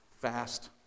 Fast